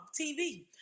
TV